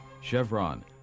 Chevron